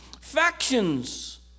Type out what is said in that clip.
factions